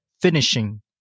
finishing